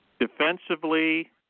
Defensively